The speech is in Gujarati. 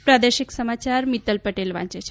પ્રાદેશિક સમાચાર મિત્તલ પટેલ વાંચે છે